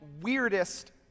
weirdest